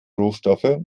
rohstoffe